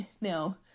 no